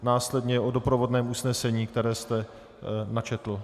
Následně o doprovodném usnesení, které jste načetl.